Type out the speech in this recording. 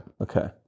okay